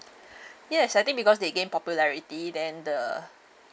yes I think because they gain popularity then the